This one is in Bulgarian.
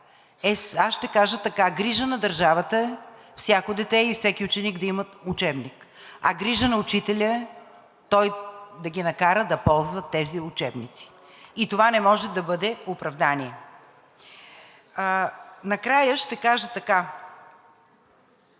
Аз ще кажа така: грижа на държавата е всяко дете и всеки ученик да имат учебник, а грижа на учителя е той да ги накара да ползват тези учебници и това не може да бъде оправдание. Накрая ще кажа така: